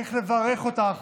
צריך לברך אותך